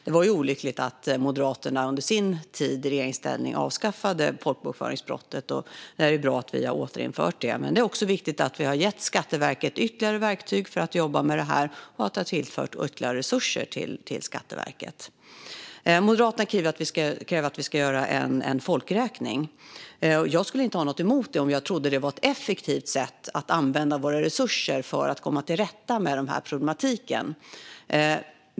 Det var olyckligt att Moderaterna under sin tid i regeringsställning avskaffade folkbokföringsbrottet. Det är bra att vi nu har återinfört det. Det är också viktigt att vi har gett Skatteverket ytterligare verktyg för att jobba med det här och att vi har tillfört ytterligare resurser till Skatteverket. Moderaterna kräver att vi ska göra en folkräkning. Jag skulle inte ha något emot det om jag trodde att det var ett effektivt sätt att använda våra resurser för att komma till rätta med den här problematiken.